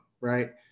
right